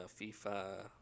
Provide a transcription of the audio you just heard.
FIFA